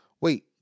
Wait